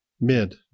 Mid